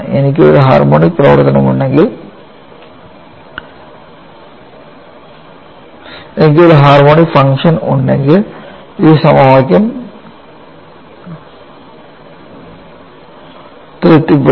എനിക്ക് ഒരു harmonic function ഉണ്ടെങ്കിൽ ഈ സമവാക്യം തൃപ്തിപ്പെടും